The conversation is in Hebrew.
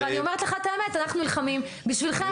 ואני אומרת לך את האמת: אנחנו נלחמים בשבילכם.